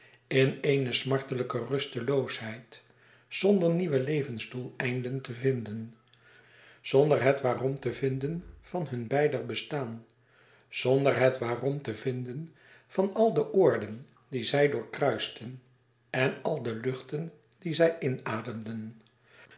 in eene smartelijke rusteloosheid zonder nieuwe levensdoeleinden te vinden zonder het waarom te vinden van hun beider bestaan zonder het waarom te vinden van al de oorden die zij doorkruisten en al de luchten die zij inademden